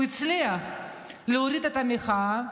הוא הצליח להוריד את המחאה,